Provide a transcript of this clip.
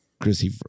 Chrissy